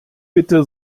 bitte